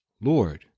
Lord